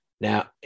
Now